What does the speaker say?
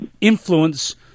influence